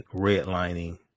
redlining